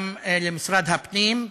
גם למשרד הפנים.